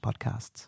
podcasts